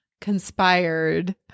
conspired